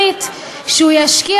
והגיעה סגנית שר החוץ להצביע,